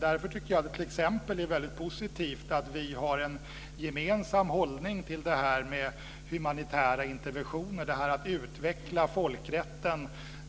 Därför är det positivt att vi har en gemensam hållning till humanitära interventioner; att utveckla folkrätten